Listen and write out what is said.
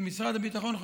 משרד הביטחון,